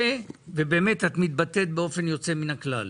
ובאמת את מתבטאת באופן יוצא מן הכלל,